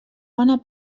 bona